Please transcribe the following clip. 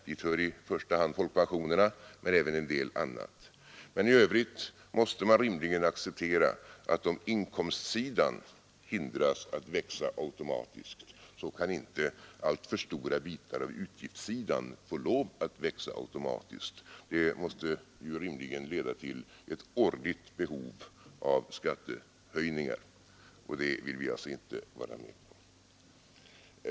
Dit hör i första hand folkpensionerna, men även en del annat. I övrigt måste man rimligtvis acceptera att om inkomstsidan hindras att växa automatiskt kan inte alltför stora bitar av utgiftssidan få lov att växa automatiskt. Det måste rimligen leda till ett årligt behov av skattehöjningar, och det vill vi inte vara med om.